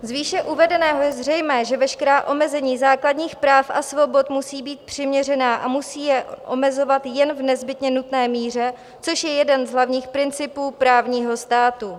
Z výše uvedeného je zřejmé, že veškerá omezení základních práv a svobod musí být přiměřená a musí je omezovat jen v nezbytně nutné míře, což je jeden z hlavních principů právního státu.